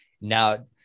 now